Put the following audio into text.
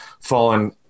fallen